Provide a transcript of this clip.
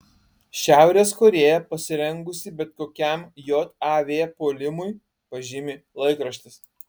šiaurės korėja pasirengusi bet kokiam jav puolimui pažymi laikraštis